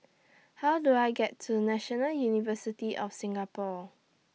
How Do I get to National University of Singapore